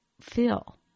feel